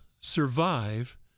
survive